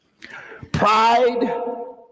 Pride